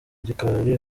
gikari